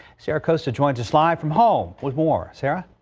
sarah acosta joins us live from home with more sara.